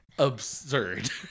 absurd